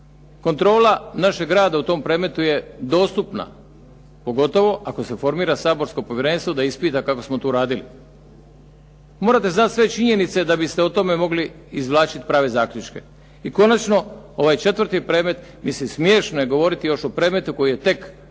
Kontrola našeg rada u tom predmetu je dostupna pogotovo ako se formira saborsko povjerenstvo da ispita kako smo tu radili. Morate znati sve činjenice da biste o tome mogli izvlačiti prave zaključke. I konačno, ovaj četvrti predmet, mislim smiješno je govoriti još o predmetu koji je tek započeo,